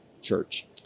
church